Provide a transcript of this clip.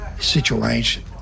situation